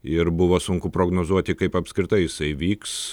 ir buvo sunku prognozuoti kaip apskritai jisai vyks